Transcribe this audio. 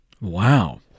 Wow